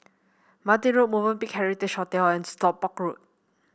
Martin Road Movenpick Heritage Hotel and Stockport Road